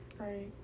right